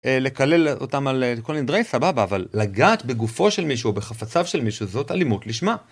לקלל אותם על כל נדרי, סבבה. אבל לגעת בגופו של מישהו, בחפציו של מישהו, זאת אלימות לשמה.